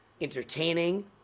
entertaining